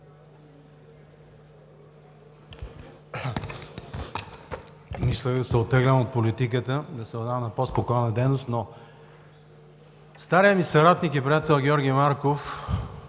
Мислех да се оттегля от политиката, да се отдам на по-спокойна дейност, но старият ми съратник и приятел Георги Марков